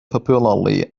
popularly